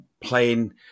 playing